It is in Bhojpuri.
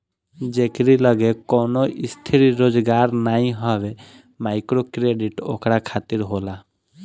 जेकरी लगे कवनो स्थिर रोजगार नाइ हवे माइक्रोक्रेडिट ओकरा खातिर होला